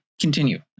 continue